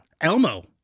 elmo